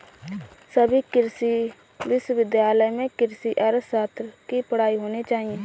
सभी कृषि विश्वविद्यालय में कृषि अर्थशास्त्र की पढ़ाई होनी चाहिए